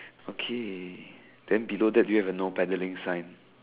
okay then below that do you have the no paddling sign